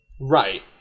Right